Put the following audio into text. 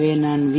எனவே நான் வி